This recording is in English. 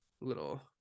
little